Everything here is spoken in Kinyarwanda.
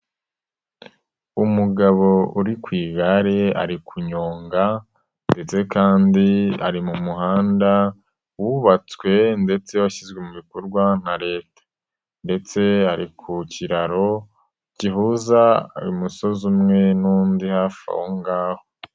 Umugabo uri ku igare ari kunyonga ndetse kandi ari mu muhanda wubatswe ndetse washyizwe mu bikorwa na leta, ndetse ari ku kiraro gihuza umusozi umwe n'undi hafi aho ngaho.